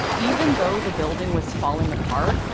even though the building was falling apart,